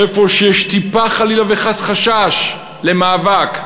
איפה שיש טיפה, חלילה וחס, חשש, למאבק,